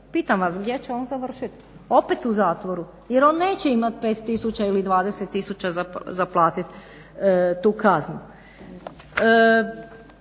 Pitam vas gdje će on završiti? Opet u zatvoru jer on neće imati 5 ili 20 tisuća za platiti tu kaznu.